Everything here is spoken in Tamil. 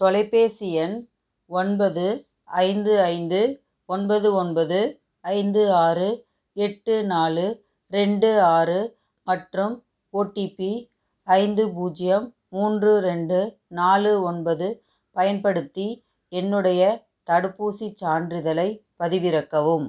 தொலைபேசி எண் ஒன்பது ஐந்து ஐந்து ஒன்பது ஒன்பது ஐந்து ஆறு எட்டு நாலு இரண்டு ஆறு மற்றும் ஒடிபி ஐந்து பூஜ்ஜியம் மூன்று இரண்டு நாலு ஒன்பது பயன்படுத்தி என்னுடைய தடுப்பூசிச் சான்றிதழைப் பதிவிறக்கவும்